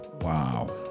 Wow